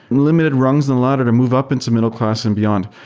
limited rungs and ladder to move up into middleclass and beyond.